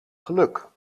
geluk